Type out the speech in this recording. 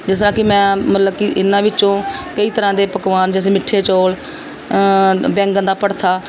ਜਿਸ ਤਰ੍ਹਾਂ ਕਿ ਮੈਂ ਮਤਲਬ ਕਿ ਇਹਨਾਂ ਵਿੱਚੋਂ ਕਈ ਤਰ੍ਹਾਂ ਦੇ ਪਕਵਾਨ ਜਿਸਦੇ ਮਿੱਠੇ ਚੌਲ ਬੈਂਗਣ ਦਾ ਭੜਥਾ